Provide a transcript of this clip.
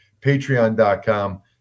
Patreon.com